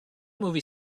movie